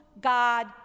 God